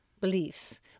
beliefs